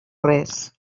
res